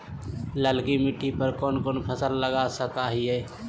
ललकी मिट्टी पर कोन कोन फसल लगा सकय हियय?